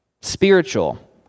spiritual